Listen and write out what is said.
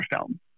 film